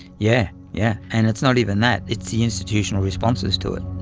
yeah yeah and it's not even that, it's the institutional responses to it.